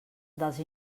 dels